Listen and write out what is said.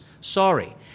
sorry